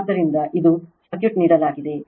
ಆದ್ದರಿಂದ ಇದು ಸರ್ಕ್ಯೂಟ್ ನೀಡಲಾಗಿದೆ